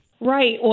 Right